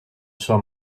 sua